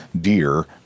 deer